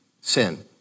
sin